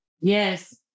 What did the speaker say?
Yes